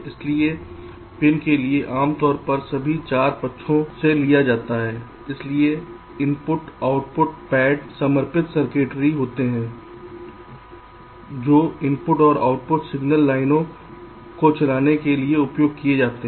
इसलिए पिन के लिए आमतौर पर सभी 4 पक्षों से लिया जाता है इसलिए इनपुट आउटपुट पैड समर्पित सर्किटरी होते हैं जो इनपुट और आउटपुट सिग्नल लाइनों को चलाने के लिए उपयोग किए जाते हैं